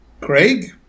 craig